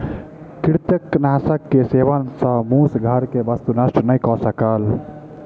कृंतकनाशक के सेवन सॅ मूस घर के वस्तु नष्ट नै कय सकल